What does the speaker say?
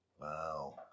Wow